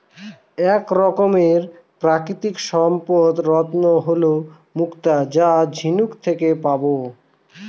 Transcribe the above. এক রকমের প্রাকৃতিক সম্পদ রত্ন হল মুক্তা যা ঝিনুক থেকে পাবো